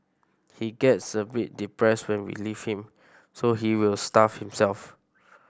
he gets a bit depressed when we leave him so he will starve himself